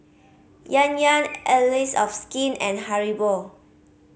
Yan Yan Allies of Skin and Haribo